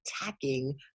attacking